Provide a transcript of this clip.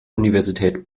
universität